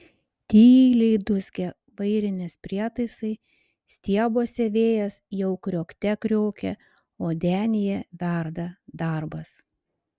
tyliai dūzgia vairinės prietaisai stiebuose vėjas jau kriokte kriokia o denyje verda darbas